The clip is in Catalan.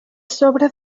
sobre